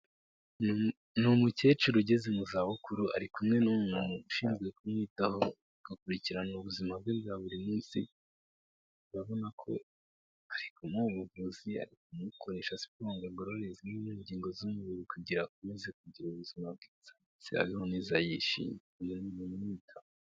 Ni umukecuru ugeze mu za bukuru, ari kumwe n'umuganga ushinzwe kumwitaho agakurikirana ubuzima bwe bwa buri munsi, urabona ko ari kumuha ubuvuzi, ari kumukoresha siporo ngo agorore zimwe mu ngingo z'umubiri kugira ngo akomeze kugira ubuzima bwiza azabeho neza yishimye, uriya ni umuntu umwitaho.